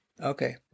okay